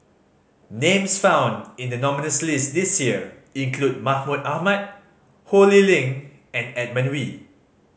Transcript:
names found in the nominees' list this year include Mahmud Ahmad Ho Lee Ling and Edmund Wee